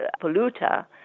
polluter